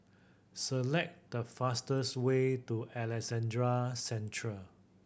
select the fastest way to Alexandra Central